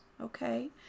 Okay